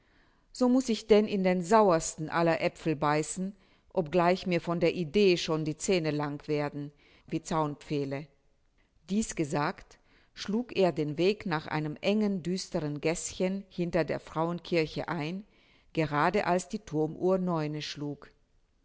so muß ich denn in den sauersten aller aepfel beißen obgleich mir von der idee schon die zähne lang werden wie zaunpfähle dieß gesagt schlug er den weg nach einem engen düstern gäßchen hinter der frauenkirche ein gerade als die thurmuhr neune schlug